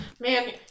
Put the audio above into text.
Man